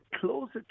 closer